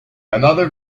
another